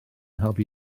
helpu